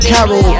Carol